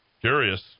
Curious